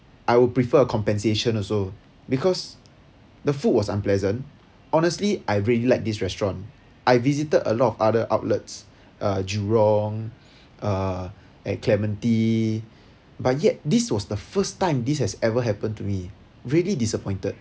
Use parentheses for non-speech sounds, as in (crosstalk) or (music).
I will prefer a compensation also because the food was unpleasant honestly I really liked this restaurant I visited a lot of other outlets uh Jurong (breath) uh at Clementi but yet this was the first time this has ever happened to me really disappointed